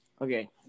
Okay